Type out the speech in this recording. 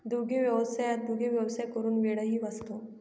दुग्धव्यवसायात दुग्धव्यवसाय करून वेळही वाचतो